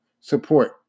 support